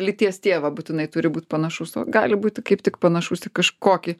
lyties tėvą būtinai turi būt panašus o gali būti kaip tik panašus į kažkokį